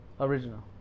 original